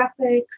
graphics